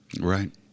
Right